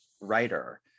writer